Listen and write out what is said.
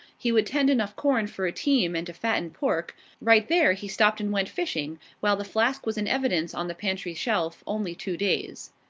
he would tend enough corn for a team and to fatten pork right there he stopped and went fishing, while the flask was in evidence on the pantry shelf only two days.